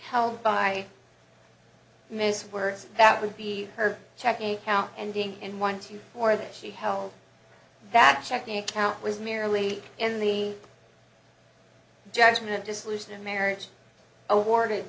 held by miss words that would be her checking account and being in once you for that she held that checking account was merely in the judgment dissolution of marriage awarded